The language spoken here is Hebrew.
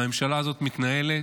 והממשלה הזאת מתנהלת,